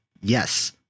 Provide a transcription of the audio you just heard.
yes